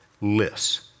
lists